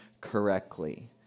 correctly